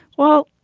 well,